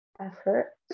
effort